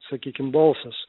sakykim balsas